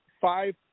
five